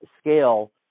scale